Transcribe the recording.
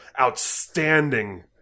outstanding